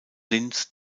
linz